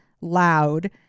loud